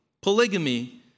polygamy